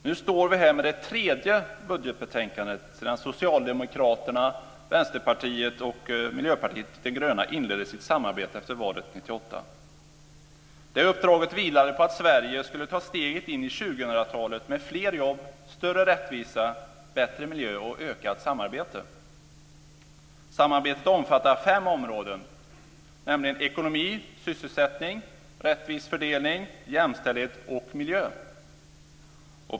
Fru talman! Nu står vi här med det tredje budgetbetänkandet sedan Socialdemokraterna, Vänsterpartiet och Miljöpartiet de gröna inledde sitt samarbete efter valet 1998. Det uppdraget vilade på att Sverige skulle ta steget in i 2000-talet med fler jobb, större rättvisa, bättre miljö och ökat samarbete. Samarbetet omfattar fem områden, nämligen ekonomi, sysselsättning, rättvis fördelning, jämställdhet och miljö.